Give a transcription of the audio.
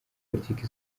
politiki